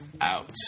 out